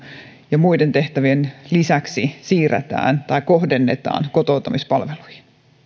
ja muiden tehtävien lisäksi siirretään tai kohdennetaan kotouttamispalveluihin